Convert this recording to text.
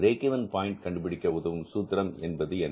break even point கண்டுபிடிக்க உதவும் சூத்திரம் என்பது என்ன